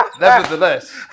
nevertheless